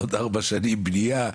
ועוד ארבע שנים לבנייה,